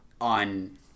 on